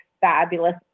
fabulous